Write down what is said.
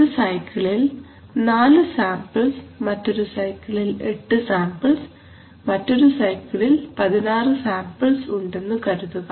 ഒരു സൈക്കിളിൽ 4 സാമ്പിൾസ് മറ്റൊരു സൈക്കിളിൽ 8 സാമ്പിൾസ് മറ്റൊരു സൈക്കിളിൽ 16 സാമ്പിൾസ് ഉണ്ടെന്നു കരുതുക